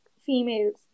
females